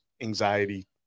anxiety